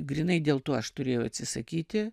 grynai dėl to aš turėjau atsisakyti